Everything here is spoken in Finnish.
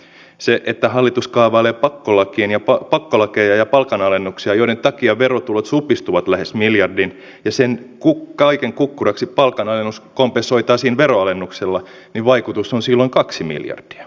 on tärkeää että esimerkiksi junavuorojen vuosikausia jatkuneen lakkauttamisen sijaan vuoroille asetetaan nyt ennen kokonaisuudistusta velvoiteliikennettä tai näille lopetettaville yhteyksille etsitään korvaavat yhteydet näin esimerkiksi myös kajaaniouluvälille